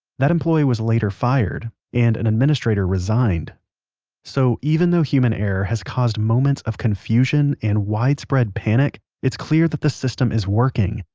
that employee was later fired, and an administrator resigned so even though human error has caused moments of confusion and widespread panic, it's clear that the system is working.